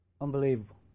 Unbelievable